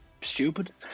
stupid